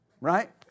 Right